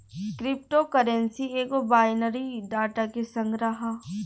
crypto currency एगो binary data के संग्रह ह